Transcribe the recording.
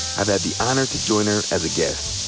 i've had the honor to join her as a guest.